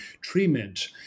treatment